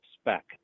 spec